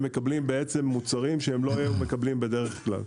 הם מקבלים מוצרים שהם לא היו מקבלים בדרך כלל.